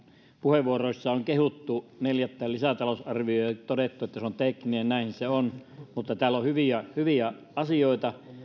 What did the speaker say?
puheenvuoroissa kehuttu neljättä lisätalousarviota ja todettu että se on tekninen näinhän se on mutta täällä on hyviä hyviä asioita